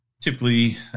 typically